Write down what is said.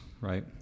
Right